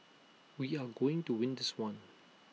we are going to win this one